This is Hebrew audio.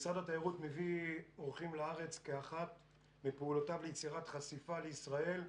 משרד התיירות מביא אורחים לארץ כאחת מפעולותיו ליצירת חשיפה לישראל,